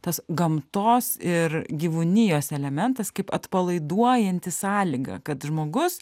tas gamtos ir gyvūnijos elementas kaip atpalaiduojanti sąlyga kad žmogus